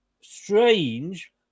strange